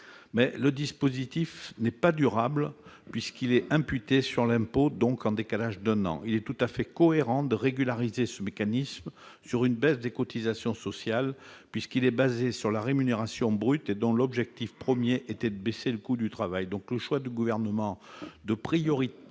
mais ce dispositif n'est pas durable, puisqu'il est imputé sur l'impôt, donc en décalage d'un an. Il est tout à fait cohérent de régulariser ce mécanisme une baisse des cotisations sociales, puisqu'il était assis sur la rémunération brute et que l'objectif premier était de baisser le coût du travail. Le Gouvernement a choisi